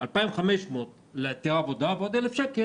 2,500 שקל עבור היתר עבודה ועוד 1,000 שקל